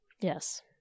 Yes